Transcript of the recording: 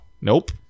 nope